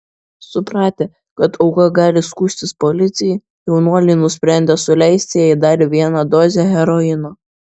supratę kad auka gali skųstis policijai jaunuoliai nusprendė suleisti jai dar vieną dozę heroino